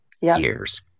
years